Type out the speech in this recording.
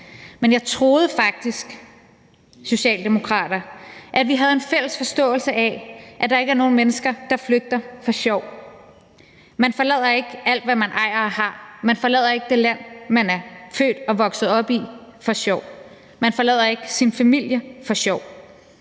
til Socialdemokraterne, at vi havde en fælles forståelse af, at der ikke er nogen mennesker, der flygter for sjov. Man forlader ikke alt, hvad man ejer og har; man forlader ikke det land, man er født og vokset op i, for sjov; man forlader ikke sin familie for sjov.